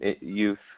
youth